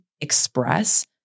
express